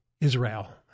Israel